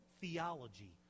theology